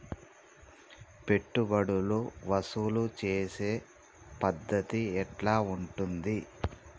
పెట్టుబడులు వసూలు చేసే పద్ధతి ఎట్లా ఉంటది?